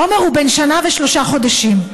עומר הוא בן שנה ושלושה חודשים,